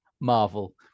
Marvel